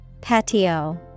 Patio